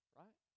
right